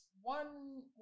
One